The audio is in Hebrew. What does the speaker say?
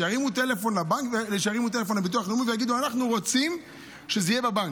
שירימו טלפון לביטוח לאומי ויגידו: אנחנו רוצים שזה יהיה בבנק.